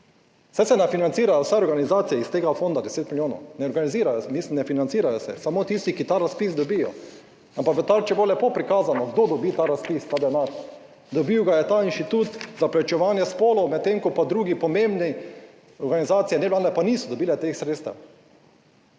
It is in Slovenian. saj se ne financira vse organizacije iz tega fonda, 10 milijonov, ne organizirajo, mislim, ne financirajo se samo tisti, ki ta razpis dobijo, ampak v Tarči bo lepo prikazano, kdo dobi ta razpis, ta denar. Dobil ga je ta inštitut za preučevanje spolov, medtem ko pa drugi pomembni organizacije nevladne pa niso dobile teh sredstev.